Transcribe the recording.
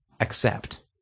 accept